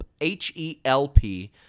H-E-L-P